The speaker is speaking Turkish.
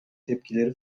tepkileri